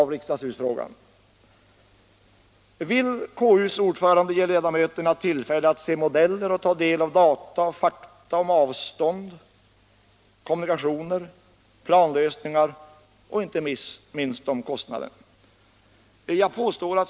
Vill konstitutionsutskottets ordförande ge ledamöterna tillfälle att se modeller och ta del av data, fakta om avstånd, kommunikationer, planlösningar och inte minst kostnadsuppgifter?